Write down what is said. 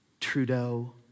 Trudeau